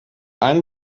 einen